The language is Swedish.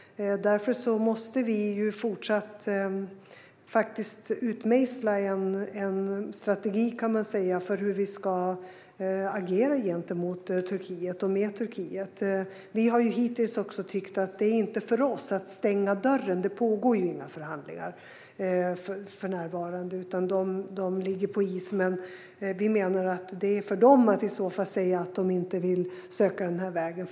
Därför måste vi fortsätta att utmejsla en strategi för hur vi ska agera gentemot och med Turkiet. Vi har hittills tyckt att det inte är för oss att stänga dörren. Det pågår ju inga förhandlingar för närvarande, utan de ligger på is. Men vi menar att det är upp till Turkiet att i så fall säga att de inte vill söka den här vägen.